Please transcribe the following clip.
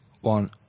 one